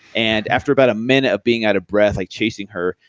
and after about a minute of being out of breath, like chasing her,